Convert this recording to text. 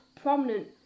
prominent